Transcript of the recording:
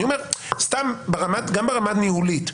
אני אומר גם ברמה הניהולית,